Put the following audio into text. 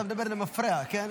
אתה מדבר למפרע, כן?